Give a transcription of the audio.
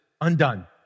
undone